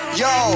yo